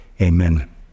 amen